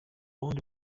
wundi